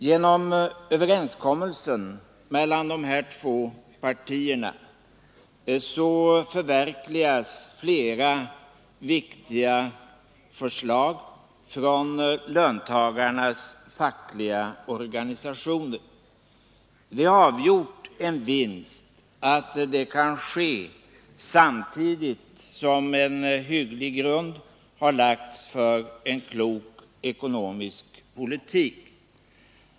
Genom överenskommelsen mellan dessa två partier förverkligas flera viktiga förslag från löntagarnas fackliga organisationer. Det är avgjort en vinst att det kan ske samtidigt som en hygglig grund har lagts för en klok ekonomisk politik.